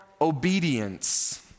obedience